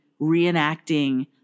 reenacting